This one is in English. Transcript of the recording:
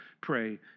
pray